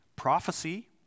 Prophecy